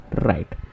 right